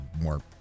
more